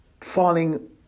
falling